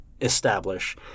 establish